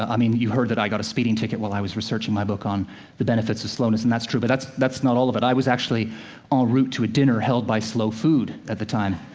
i mean, you heard that i got a speeding ticket while i was researching my book on the benefits of slowness, and that's true, but that's that's not all of it. i was actually en route to a dinner held by slow food at the time.